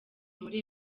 muri